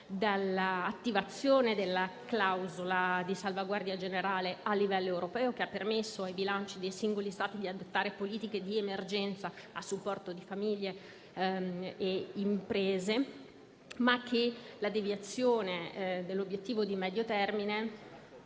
dall'attivazione della clausola di salvaguardia generale a livello europeo che ha permesso ai bilanci dei singoli Stati di adottare politiche di emergenza a supporto di famiglie e imprese, ma la deviazione dell'obiettivo di medio termine